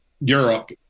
Europe